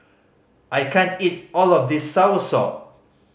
I can't eat all of this soursop